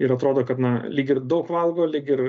ir atrodo kad na lyg ir daug valgo lyg ir